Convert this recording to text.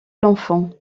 l’enfant